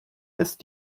ist